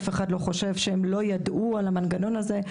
אף אחד לא חושב שהם לא ידעו על המנגנון הזה.